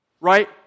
Right